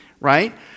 right